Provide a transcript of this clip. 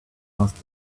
asked